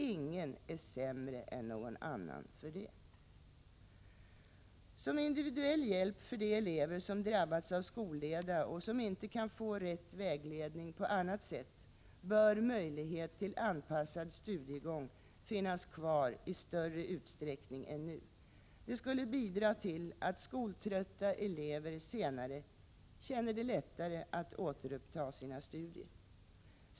Ingen är sämre än någon annan för det. Som individuell hjälp för de elever som drabbats av skolleda och som inte kan få rätt vägledning på annat sätt bör möjlighet till anpassad studiegång finnas kvar i större utsträckning än nu. Det skulle bidra till att skoltrötta elever senare känner det lättare att återuppta sina studier.